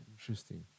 Interesting